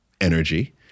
energy